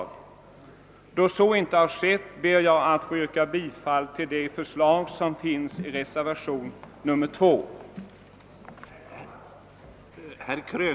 Då emellertid så inte har skett ber jag att få yrka bifall till det förslag som återfinnes i reservationen 2 till statsutskottets utlåtande nr 121.